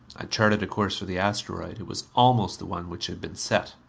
i charted a course for the asteroid it was almost the one which had been set.